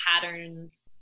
patterns